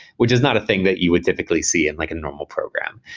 which is not a thing that you would typically see in like a normal program.